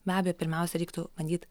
be abejo pirmiausia reiktų bandyt